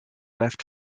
left